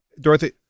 Dorothy